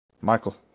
Michael